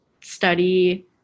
study